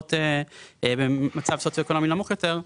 למשפחות עובדות ממצב סוציו-אקונומי נמוך יותר.